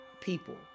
people